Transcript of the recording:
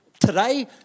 today